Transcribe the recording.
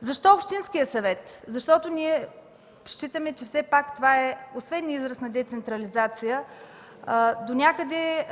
Защо общинският съвет? Защото ние считаме, че все пак това е освен израз на децентрализация, донякъде